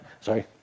Sorry